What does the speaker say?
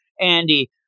Andy